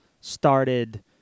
started